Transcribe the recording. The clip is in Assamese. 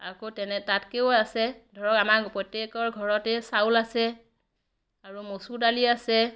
আকৌ তেনে তাতকৈও আছে ধৰক আমাৰ প্ৰত্য়েকৰ ঘৰতেই চাউল আছে আৰু মচুৰ দালি আছে